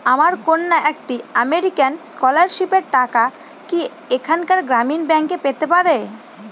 আমার কন্যা একটি আমেরিকান স্কলারশিপের টাকা কি এখানকার গ্রামীণ ব্যাংকে পেতে পারে?